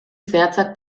zehatzak